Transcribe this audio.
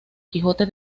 quijote